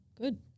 good